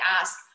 ask